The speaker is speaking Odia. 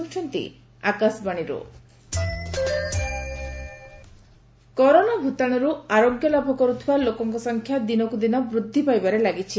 ରିକଭରି ରେଟ୍ କରୋନା ଭୂତାଣୁରୁ ଆରୋଗ୍ୟ ଲାଭ କରୁଥିବା ଲୋକଙ୍କ ସଂଖ୍ୟା ଦିନକୁ ଦିନ ବୃଦ୍ଧି ପାଇବାରେ ଲାଗିଛି